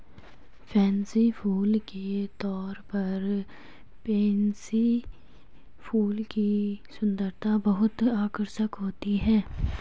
fancy फूल के तौर पर पेनसी फूल की सुंदरता बहुत आकर्षक होती है